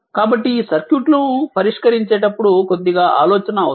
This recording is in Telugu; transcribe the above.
కాబట్టి ఈ సర్క్యూట్ లను పరిష్కరించేటప్పుడు కొద్దిగా ఆలోచన అవసరం